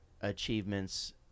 achievements